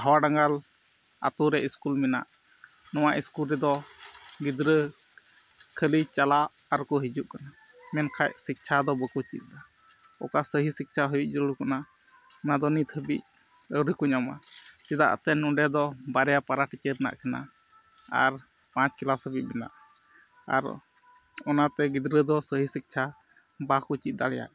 ᱫᱷᱟᱣᱟ ᱰᱟᱝᱜᱟᱞ ᱟᱹᱛᱩᱨᱮ ᱥᱠᱩᱞ ᱢᱮᱱᱟᱜ ᱱᱚᱣᱟ ᱥᱠᱩᱞ ᱨᱮᱫᱚ ᱜᱤᱫᱽᱨᱟᱹ ᱠᱷᱟᱹᱞᱤ ᱪᱟᱞᱟᱜ ᱟᱨᱠᱚ ᱦᱤᱡᱩᱜ ᱠᱟᱱᱟ ᱢᱮᱱᱠᱷᱟᱱ ᱥᱤᱠᱠᱷᱟ ᱫᱚ ᱵᱟᱠᱚ ᱪᱮᱫ ᱫᱟ ᱚᱠᱟ ᱥᱟᱹᱦᱤ ᱥᱤᱠᱠᱷᱟ ᱦᱩᱭᱩᱜ ᱡᱟᱹᱨᱩᱲ ᱠᱟᱱᱟ ᱱᱚᱣᱟᱫᱚ ᱱᱤᱛ ᱦᱟᱹᱵᱤᱡ ᱟᱹᱣᱨᱤ ᱠᱚ ᱧᱟᱢᱟ ᱪᱮᱫᱟᱜᱼᱛᱮ ᱱᱚᱸᱰᱮ ᱫᱚ ᱵᱟᱨᱭᱟ ᱯᱮᱨᱟ ᱴᱤᱪᱟᱨ ᱢᱮᱱᱟᱜ ᱠᱤᱱᱟᱹ ᱟᱨ ᱯᱟᱸᱪ ᱠᱮᱞᱟᱥ ᱦᱟᱹᱵᱤᱡ ᱢᱮᱱᱟᱜᱼᱟ ᱟᱨ ᱚᱱᱟᱛᱮ ᱜᱤᱫᱽᱨᱟᱹ ᱫᱚ ᱥᱟᱹᱦᱤ ᱥᱤᱠᱠᱷᱟ ᱵᱟᱠᱚ ᱪᱮᱫ ᱫᱟᱲᱮᱭᱟᱜᱼᱟ